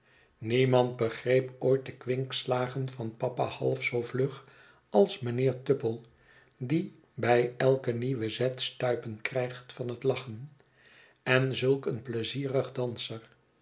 niemand begreep ooit de kwinkslagen van papa half zoo vlug als mijnheer tupple diebij elkennieuwen zet stuipen krijgt van het lachen en zulk een pleizierig danser